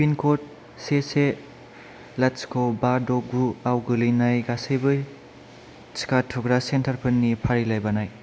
pin code से से लाथिख' बा द' गुआव गोलैनाय गासैबो टिका थुग्रा सेन्टारफोरनि फारिलाइ बानाय